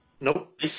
nope